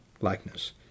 likeness